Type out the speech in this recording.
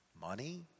money